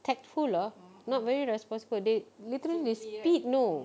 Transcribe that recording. tactful lah not very responsible they literally they speed you know